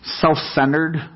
Self-centered